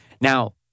now